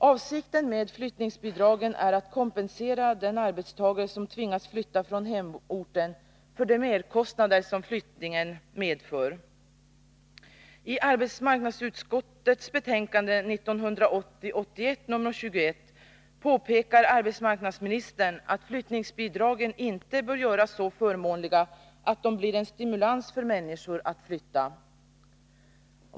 Avsikten med flyttningsbidragen är att kompensera den arbetstagare som tvingas flytta från hemorten för de merkostnader som flyttningen medför. Såsom framgår av arbetsmarknadsutskottets betänkande 1980/81:21 har arbetsmarknadsministern påpekat att flyttningsbidragen inte bör göras så förmånliga att de blir en stimulans för människor att flytta.